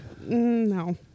No